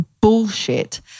bullshit